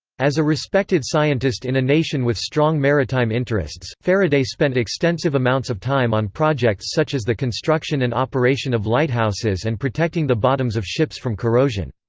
as a respected scientist in a nation with strong maritime interests, faraday spent extensive amounts of time on projects such as the construction and operation of lighthouses and protecting the bottoms of ships from corrosion.